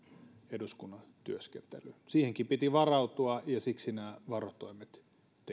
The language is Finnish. eduskunnan työskentelyyn siihenkin piti varautua ja siksi nämä varotoimet tehtiin